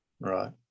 Right